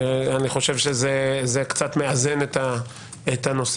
אני חושב שזה קצת מאזן את הנושא.